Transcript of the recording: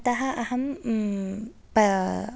अतः अहं प